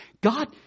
God